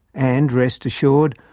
and, rest assured,